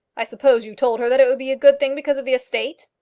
i suppose you told her that it would be a good thing because of the estate?